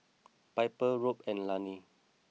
Piper Robb and Lannie